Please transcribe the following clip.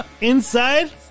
inside